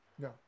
no